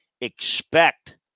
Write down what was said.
expect